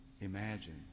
Imagine